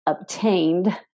obtained